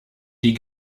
die